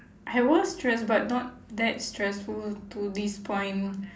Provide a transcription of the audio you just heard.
I was stress but not that stressful to this point